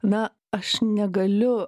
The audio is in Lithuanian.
na aš negaliu